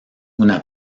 una